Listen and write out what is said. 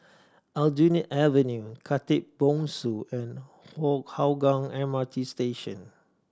Aljunied Avenue Khatib Bongsu and Hougang M R T Station